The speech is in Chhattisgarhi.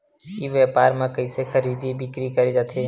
ई व्यापार म कइसे खरीदी बिक्री करे जाथे?